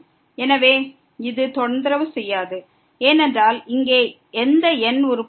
எனவே இது தொந்தரவு செய்யாது ஏனென்றால் இங்கே எந்த n உறுப்பும் இல்லை